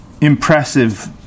impressive